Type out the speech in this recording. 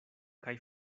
kaj